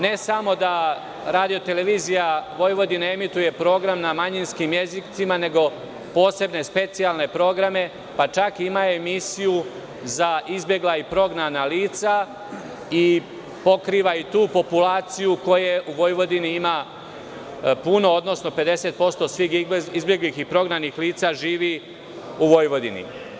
Ne samo da RTV emituje program na manjinskim jezicima, već posebne specijalne programe, pa čak ima i emisiju za izbegla i prognana lica i pokriva i tu populaciju koje u Vojvodini ima puno, odnosno 50% svih izbeglih i prognanih lica živi u Vojvodini.